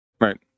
Right